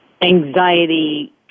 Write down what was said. anxiety